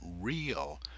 real